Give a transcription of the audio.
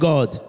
God